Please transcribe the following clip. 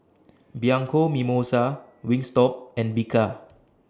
Bianco Mimosa Wingstop and Bika